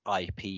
ip